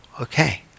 okay